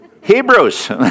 Hebrews